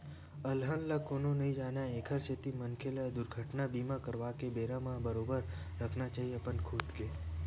अलहन ल कोनो नइ जानय एखरे सेती मनखे ल दुरघटना बीमा करवाके बेरा म बरोबर रखना चाही अपन खुद के